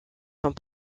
sont